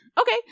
Okay